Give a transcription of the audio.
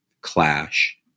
clash